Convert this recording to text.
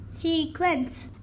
sequence